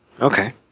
okay